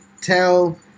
tell